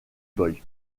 boy